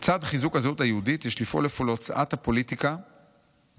"לצד חיזוק הזהות היהודית יש לפעול אפוא להוצאת הפוליטיקה ממרכז